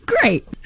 Great